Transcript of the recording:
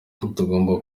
tugomba